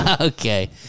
Okay